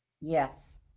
Yes